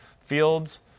Fields